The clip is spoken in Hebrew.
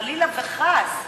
חלילה וחס.